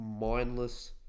mindless